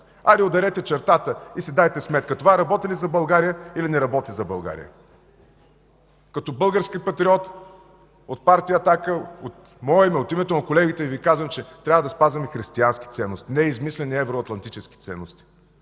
ударете чертата и си дайте сметка това работи ли за България, или не работи за България. Като български патриот от Партия „Атака”, от мое име, от името на колегите Ви казвам, че трябва да спазваме християнските ценности, не измислени евроатлантически ценности.